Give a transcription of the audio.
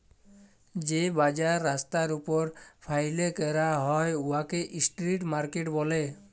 যে বাজার রাস্তার উপর ফ্যাইলে ক্যরা হ্যয় উয়াকে ইস্ট্রিট মার্কেট ব্যলে